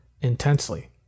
Intensely